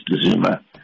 Zuma